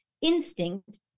instinct